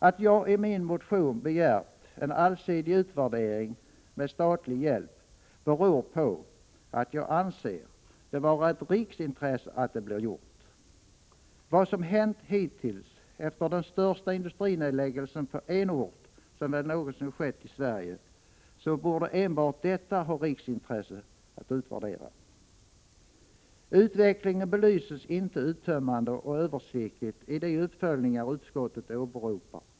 Att jag i min motion begärt en allsidig utvärdering med statlig hjälp beror på att jag anser det vara ett riksintresse att det blir gjort. Vad som hänt hittills efter den största industrinedläggelsen på en ort som väl någonsin skett i Sverige borde enbart detta ha riksintresse. Utvecklingen belyses inte uttömmande och översiktligt i de uppföljningar utskottet åberopar.